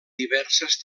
diverses